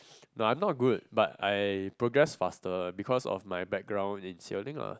no I'm not good but I progress faster because of my background in sailing lah